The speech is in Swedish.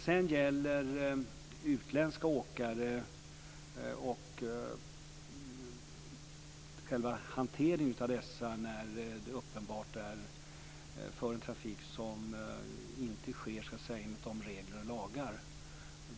Sedan var det frågan om utländska åkare och trafik som inte sker enligt regler och lagar.